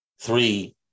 Three